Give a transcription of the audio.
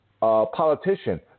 politician